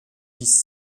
dix